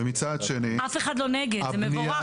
ומצד שני -- אף אחד לא נגד זה מבורך,